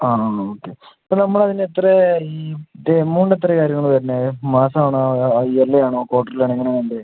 ആണോ ഓക്കെ ഇപ്പം നമ്മൾ അതിന് എത്ര ഈ ഇത് എമൗണ്ട് എത്ര ആയിരുന്നു വരുന്ന മാസം ആണോ ആ ഇയറില് വേണോ ക്വാർട്ടറിലി വേണോ എങ്ങനെയാ വേണ്ടത്